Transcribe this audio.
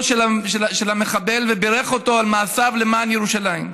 של המחבל ובירך אותו על מעשיו למען ירושלים.